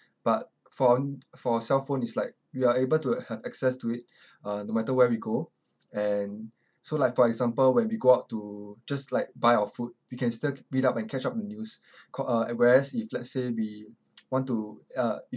but phone for cellphone is like we are able to have access to it uh no matter where we go and so like for example when we go out to just like buy our food we can still read up and catch up with news cau~ uh whereas if let's say we want to uh